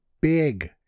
big